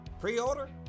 Pre-order